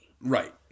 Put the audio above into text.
Right